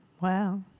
Wow